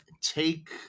take